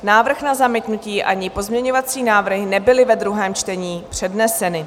Návrh na zamítnutí ani pozměňovací návrhy nebyly ve druhém čtení předneseny.